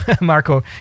Marco